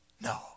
No